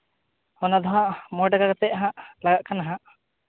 ᱚᱱᱟ ᱫᱚ ᱱᱟᱦᱟᱸᱜ ᱢᱚᱬᱮ ᱴᱟᱠᱟ ᱠᱟᱛᱮᱫ ᱦᱟᱸᱜ ᱞᱟᱜᱟᱜ ᱠᱟᱱᱟ ᱦᱟᱸᱜ